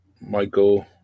Michael